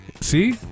See